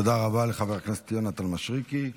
תודה רבה לחבר הכנסת יונתן מישרקי.